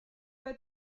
pas